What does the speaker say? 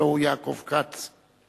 הלוא הוא יעקב כץ.